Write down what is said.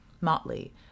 Motley